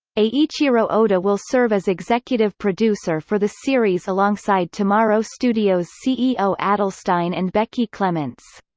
eiichiro oda will serve as executive producer for the series alongside tomorrow studios ceo adelstein and becky clements.